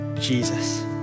Jesus